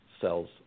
cells